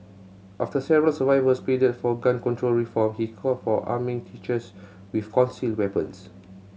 after several survivors pleaded for gun control reform he called for arming teachers with concealed weapons